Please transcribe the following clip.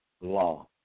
law